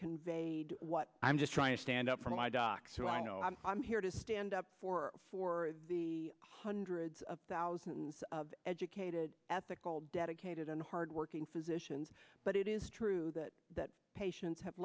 conveyed what i'm just trying to stand up for my docs who i know i'm here to stand up for for the hundreds of thousands of educated ethical dedicated and hard working physicians but it is true that that patients have